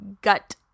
gut